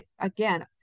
again